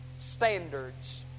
standards